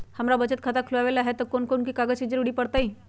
हमरा बचत खाता खुलावेला है त ए में कौन कौन कागजात के जरूरी परतई?